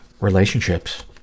Relationships